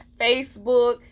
Facebook